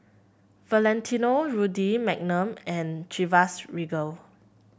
Valentino Rudy Magnum and Chivas Regal